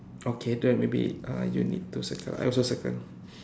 okay then maybe uh you need to circle I also circle lah